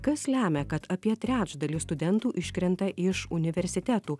kas lemia kad apie trečdalis studentų iškrenta iš universitetų